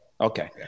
Okay